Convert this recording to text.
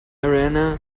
arena